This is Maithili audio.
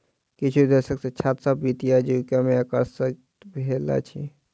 किछु दशक सॅ छात्र सभ वित्तीय आजीविका में आकर्षित भेल अछि